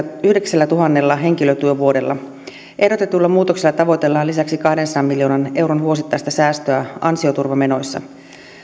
yhdeksällätuhannella henkilötyövuodella ehdotetulla muutoksella tavoitellaan lisäksi kahdensadan miljoonan euron vuosittaista säästöä ansioturvamenoissa